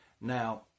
Now